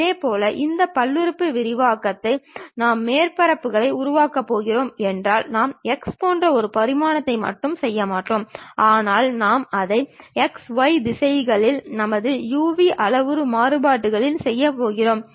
இதேபோல் இந்த பல்லுறுப்பு விரிவாக்கத்தை நாம் மேற்பரப்புகளை உருவாக்கப் போகிறோம் என்றால் நாம் x போன்ற ஒரு பரிமாணத்தில் மட்டும் செய்ய மாட்டோம் ஆனால் நாம் அதை x y திசைகளில் நமது u v அளவுரு மாறுபாடுகளில் செய்யப் போகிறோம்